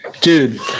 dude